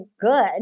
good